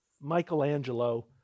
Michelangelo